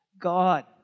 God